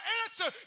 answer